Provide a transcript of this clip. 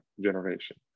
generation